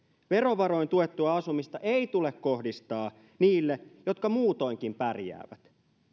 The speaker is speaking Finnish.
verovaroin tuettua asumista ei tule kohdistaa niille jotka muutoinkin pärjäävät